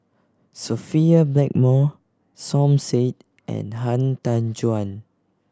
Sophia Blackmore Som Said and Han Tan Juan